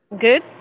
Good